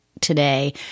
today